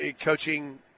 coaching